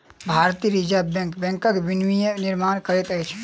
भारतीय Reserve Bank बैंकक विनियमक निर्माण करैत अछि